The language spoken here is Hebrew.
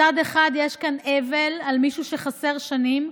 מצד אחד יש כאן אבל על מישהו שחסר שנים,